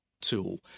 tool